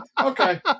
okay